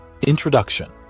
Introduction